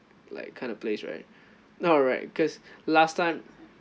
like kind of place right no right cause last time